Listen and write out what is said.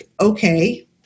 Okay